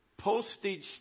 postage